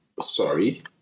sorry